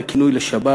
זה כינוי לשבת,